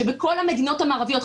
שבכל המדינות המערביות,